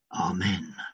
Amen